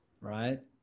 right